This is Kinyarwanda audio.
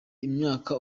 imyaka